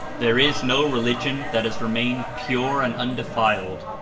there is no religion that has remained pure and undefiled,